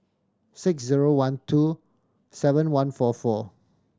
six zero one two seven one four four